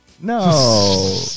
No